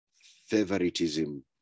favoritism